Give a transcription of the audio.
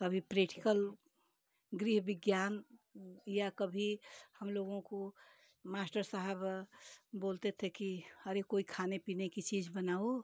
कभी प्रैक्टिकल गृह विज्ञान या कभी हम लोगों को मास्टर साहब बोलते थे कि अरे कोई खाने पीने की चीज बनाओ